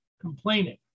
complaining